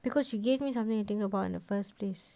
because you gave me something you think about in the first place